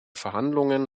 verhandlungen